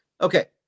Okay